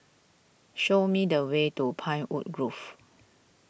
show me the way to Pinewood Grove